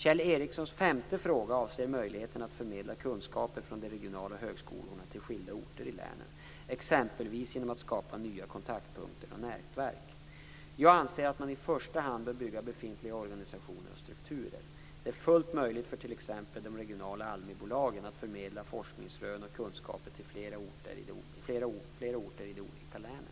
Kjell Ericssons femte fråga avser möjligheten att förmedla kunskaper från de regional högskolorna till skilda orter i länen, exempelvis genom att skapa nya kontaktpunkter och nätverk. Jag anser att man i första hand bör bygga på befintliga organisationer och strukturer. Det är fullt möjligt för t.ex. de regionala ALMI-bolagen att förmedla forskningsrön och kunskaper till flera orter i de olika länen.